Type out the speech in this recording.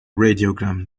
radiogram